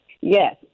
Yes